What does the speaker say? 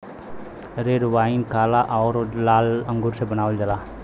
red wine काला आउर लाल अंगूर से बनावल जाला